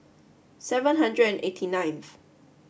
seven hundred and eighty ninth